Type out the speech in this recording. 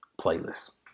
playlist